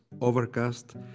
Overcast